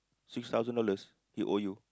six thousand dollars he owe you